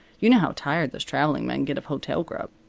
you know how tired those traveling men get of hotel grub.